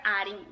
adding